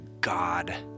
God